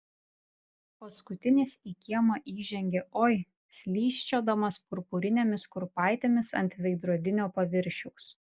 paskutinis į kiemą įžengė oi slysčiodamas purpurinėmis kurpaitėmis ant veidrodinio paviršiaus